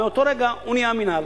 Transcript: ומאותו רגע הוא נהיה המינהל.